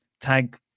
tag